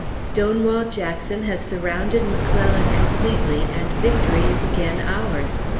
stonewall jackson has surrounded mcclellan completely, and victory is again ours.